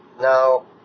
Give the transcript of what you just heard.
Now